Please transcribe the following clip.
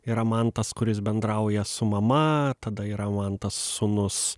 yra mantas kuris bendrauja su mama tada yra mantas sūnus